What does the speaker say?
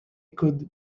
could